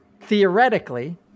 theoretically